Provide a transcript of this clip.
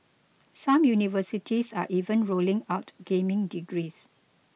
some universities are even rolling out gaming degrees